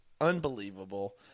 unbelievable